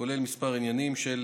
כולל כמה עניינים של